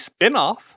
spinoff